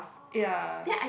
ya